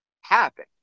happen